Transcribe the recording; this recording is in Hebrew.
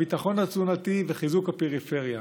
הביטחון התזונתי וחיזוק הפריפריה.